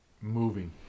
moving